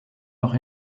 noch